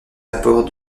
apports